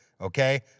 okay